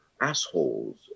assholes